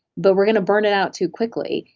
but we're going to burn it out too quickly,